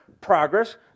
progress